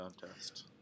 contest